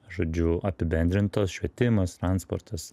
žodžiu apibendrintos švietimas transportas